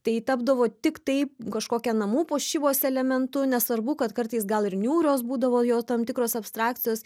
tai tapdavo tiktai kažkokia namų puošybos elementu nesvarbu kad kartais gal ir niūrios būdavo jo tam tikros abstrakcijos